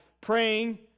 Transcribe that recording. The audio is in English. praying